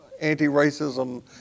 anti-racism